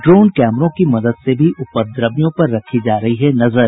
drone कैमरों की मदद से भी उपद्रवियों पर रखी जा रही है नजर